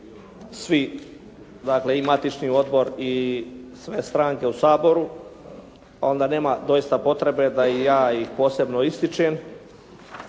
svi, dakle i matični odbor i sve stranke u Saboru, onda nema doista potrebe da i ja ih posebno ističem